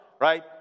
Right